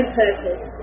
purpose